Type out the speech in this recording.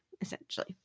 essentially